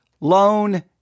loan